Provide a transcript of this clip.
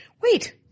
Wait